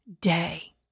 day